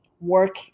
work